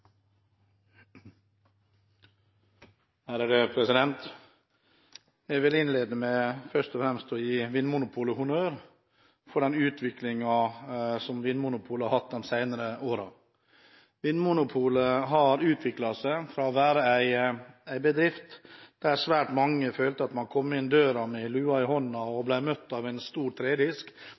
Jeg vil innlede med først og fremst å gi Vinmonopolet honnør for den utviklingen som Vinmonopolet har hatt de senere årene. Vinmonopolet har utviklet seg fra å være en bedrift der svært mange følte at man kom inn døren med lua i hånden og ble møtt av en stor tredisk,